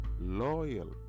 loyal